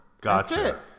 Gotcha